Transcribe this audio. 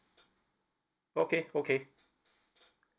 okay okay